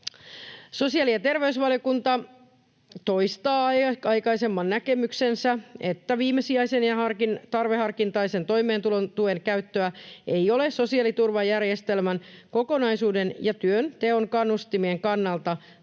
Sosiaali- ja terveysvaliokunta toistaa aikaisemman näkemyksensä, että viimesijaisen ja tarveharkintaisen toimeentulotuen käyttöä ei ole sosiaaliturvajärjestelmän kokonaisuuden ja työnteon kannustimien kannalta